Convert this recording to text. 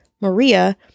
Maria